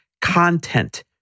content